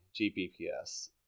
Gbps